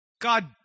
God